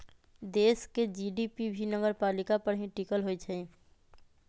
देश के जी.डी.पी भी नगरपालिका पर ही टिकल होई छई